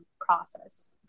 process